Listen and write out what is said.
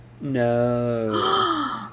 No